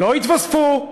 לא התווספו,